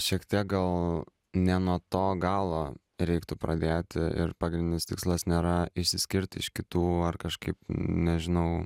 šiek tiek gal ne nuo to galo reiktų pradėti ir pagrindinis tikslas nėra išsiskirti iš kitų ar kažkaip nežinau